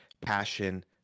passion